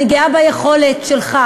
אני גאה ביכולת שלך,